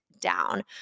down